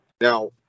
Now